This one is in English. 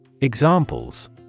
Examples